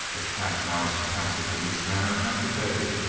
a cat lies passive in this manner half a day,